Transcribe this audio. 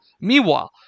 Meanwhile